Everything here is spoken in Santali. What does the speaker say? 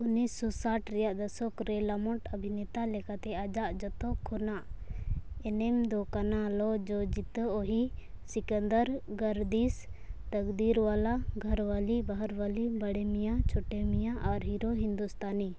ᱩᱱᱤᱥ ᱥᱚ ᱥᱟᱴ ᱨᱮᱭᱟᱜ ᱫᱚᱥᱚᱠᱨᱮ ᱞᱟᱢᱳᱴ ᱚᱵᱷᱤᱱᱮᱛᱟ ᱞᱮᱠᱟᱛᱮ ᱟᱡᱟᱜ ᱡᱚᱛᱚ ᱠᱷᱚᱱᱟᱜ ᱮᱱᱮᱢ ᱫᱚ ᱠᱟᱱᱟ ᱞᱳ ᱡᱳ ᱡᱤᱛᱟᱹ ᱚᱦᱤ ᱥᱤᱠᱟᱱᱫᱟᱨ ᱜᱟᱨᱫᱤᱥ ᱛᱟᱠᱫᱤᱨᱚᱣᱟᱞᱟ ᱜᱷᱚᱨᱚᱣᱟᱞᱤ ᱵᱟᱦᱟᱨᱚᱣᱟᱞᱤ ᱵᱟᱲᱮ ᱢᱤᱭᱟ ᱪᱷᱳᱴᱮ ᱢᱤᱭᱟ ᱚᱨ ᱦᱤᱨᱳ ᱦᱤᱱᱫᱩᱥᱛᱟᱱᱤ